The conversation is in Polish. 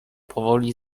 powoli